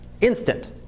instant